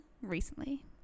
recently